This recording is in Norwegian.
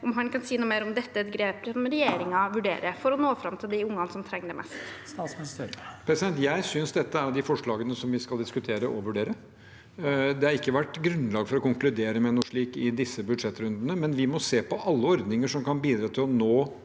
om han kan si noe mer om hvorvidt dette er et grep som regjeringen vurderer for å nå fram til de ungene som trenger det mest. Statsminister Jonas Gahr Støre Jeg sy- nes dette er av de forslagene som vi skal diskutere og vurdere. Det har ikke vært grunnlag for å konkludere med noe slikt i disse budsjettrundene, men vi må se på alle ordninger som kan bidra til å nå